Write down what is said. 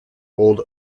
old